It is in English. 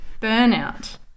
burnout